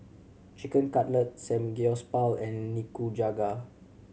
Chicken Cutlet Samgyeopsal and Nikujaga